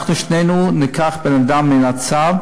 אנחנו שנינו ניקח בן-אדם מן הצד.